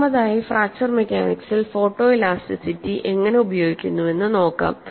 ഒന്നാമതായി ഫ്രാക്ചർ മെക്കാനിക്സിൽ ഫോട്ടോഇലാസ്റ്റിറ്റി എങ്ങനെ ഉപയോഗിക്കുന്നുവെന്ന് നോക്കാം